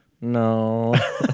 No